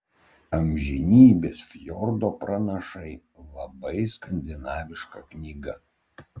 amžinybės fjordo pranašai labai skandinaviška knyga